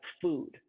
food